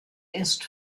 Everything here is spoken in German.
ist